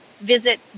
visit